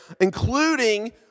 including